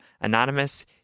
Anonymous